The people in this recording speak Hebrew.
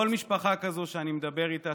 כל משפחה כזאת שאני מדבר איתה,